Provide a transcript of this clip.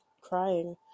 crying